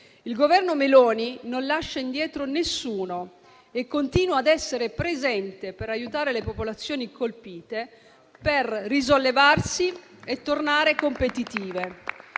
Il Governo Meloni non lascia indietro nessuno e continua a essere presente per aiutare le popolazioni colpite a risollevarsi e a tornare competitive.